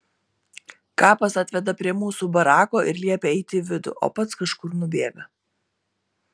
kapas atveda prie mūsų barako ir liepia eiti į vidų o pats kažkur nubėga